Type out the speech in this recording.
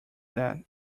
that